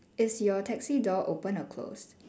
is your taxi door open or closed